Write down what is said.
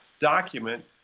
document